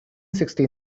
sixty